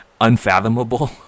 Unfathomable